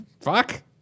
fuck